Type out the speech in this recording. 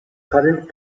current